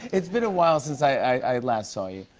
it's been a while since i last saw you.